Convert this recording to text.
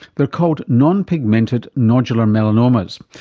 they're called non-pigmented nodular melanomas.